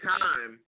time